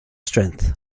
strength